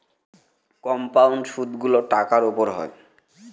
compound সুদগুলো টাকার উপর হয়